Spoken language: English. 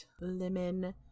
lemon